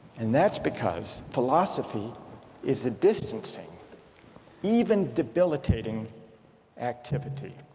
and that's because philosophy is a distancing even debilitating activity